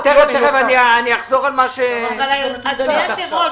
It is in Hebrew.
אדוני היושב-ראש,